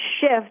shift